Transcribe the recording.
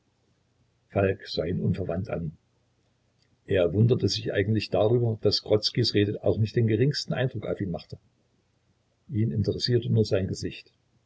falk sah ihn unverwandt an er wunderte sich eigentlich darüber daß grodzkis rede auch nicht den geringsten eindruck auf ihn machte ihn interessierte nur sein gesicht